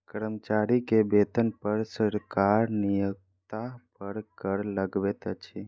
कर्मचारी के वेतन पर सरकार नियोक्ता पर कर लगबैत अछि